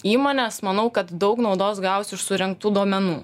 įmonės manau kad daug naudos gaus iš surinktų duomenų